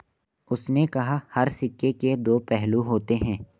उसने कहा हर सिक्के के दो पहलू होते हैं